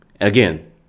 Again